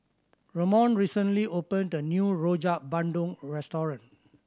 Ramon recently opened a new Rojak Bandung restaurant